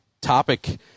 topic